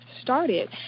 started